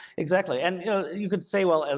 exactly, and you could say, well, and